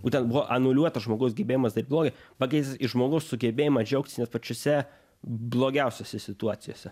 būtent buvo anuliuotas žmogaus gebėjimas daryt blogį pakeistas į žmogaus sugebėjimą džiaugtis net pačiose blogiausiose situacijose